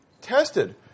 tested